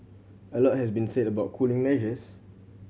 a lot has been said about cooling measures